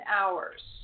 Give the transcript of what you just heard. hours